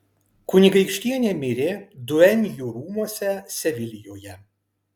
kunigaikštienė mirė duenjų rūmuose sevilijoje